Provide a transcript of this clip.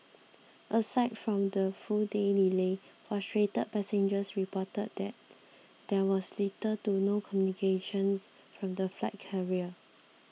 aside from the full day's delay frustrated passengers reported that there was little to no communications from the flight carrier